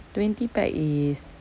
twenty pack is twenty pack is